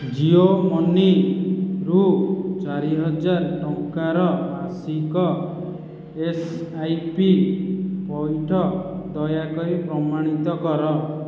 ଜିଓ ମନିରୁ ଚାରିହଜାର ଟଙ୍କାର ମାସିକ ଏସଆଇପି ପଇଠ ଦୟାକରି ପ୍ରମାଣିତ କର